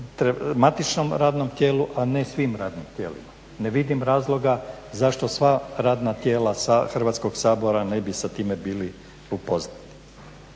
matičnom radnom tijelu a ne svim radnim tijelima. Ne vidim razloga zašto sva radna tijela Hrvatskog sabora ne bi sa time bili upoznati.